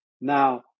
Now